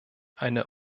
eine